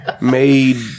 made